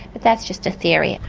but that's just a theory.